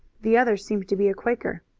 the other seemed to be a quaker.